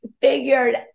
figured